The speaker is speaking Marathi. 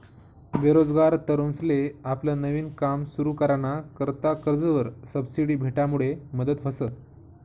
बेरोजगार तरुनसले आपलं नवीन काम सुरु कराना करता कर्जवर सबसिडी भेटामुडे मदत व्हस